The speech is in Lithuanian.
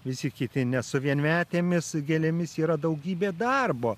visi kiti ne su vienmetėmis gėlėmis yra daugybė darbo